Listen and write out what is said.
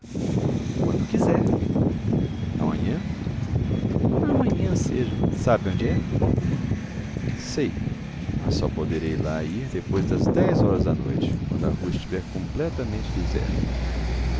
quando quiser amanhã amanhã seja sabe onde é sei mas só poderei lá ir depois das dez horas da noite quando a rua estiver completamente deserta